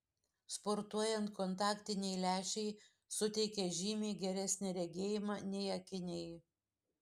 sportuojant kontaktiniai lęšiai suteikia žymiai geresnį regėjimą nei akiniai